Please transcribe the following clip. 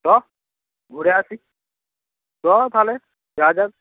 চ ঘুরে আসি চ তালে যাওয়া যাক